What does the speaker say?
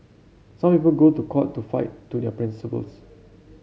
some people go to court to fight to their principles